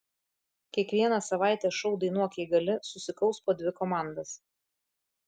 kiekvieną savaitę šou dainuok jei gali susikaus po dvi komandas